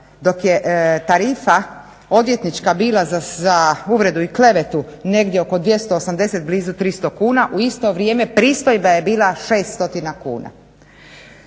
dok je tarifa odvjetnička bila za uvredu i klevetu negdje oko 280, blizu 300 kuna, u isto vrijeme pristojba je bila 600 kuna.